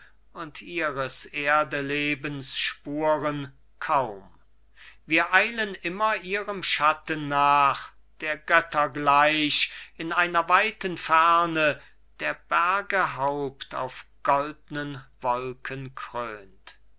und ihres erdelebens spuren kaum wir eilen immer ihrem schatten nach der göttergleich in einer weiten ferne der berge haupt auf goldnen wolken